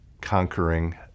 conquering